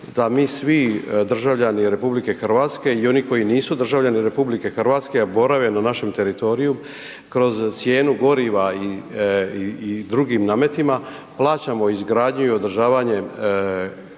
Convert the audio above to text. da mi svi državljani RH i oni koji nisu državljani RH, a borave na našem teritoriju kroz cijenu goriva i drugim nametima plaćamo izgradnju i održavanje autocesta,